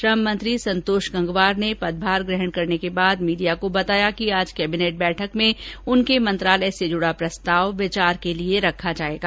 श्रम मंत्री संतोष गंगवार ने आज अपना पदभार ग्रहण करने के बाद मीडिया को बताया कि आज कैबिनेट बैठक में उनके मंत्रालय से जुड़ा प्रस्ताव विचार के लिए रखा जाएगा